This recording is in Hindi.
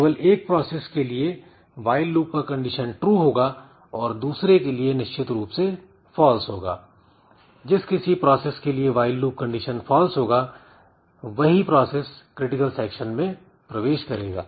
केवल एक प्रोसेस के लिए व्हाईल लूप का कंडीशन true होगा और दूसरे के लिए निश्चित रूप से false होगा जिस किसी प्रोसेस के लिए व्हाईल लूप कंडीशन false होगा वही क्रिटिकल सेक्शन में प्रवेश करेगा